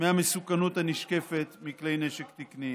מהמסוכנות הנשקפת מכלי נשק תקניים.